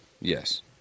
Yes